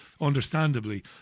understandably